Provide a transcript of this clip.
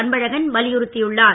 அன்பழகன் வலியுறுத்தியுள்ளார்